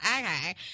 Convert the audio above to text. okay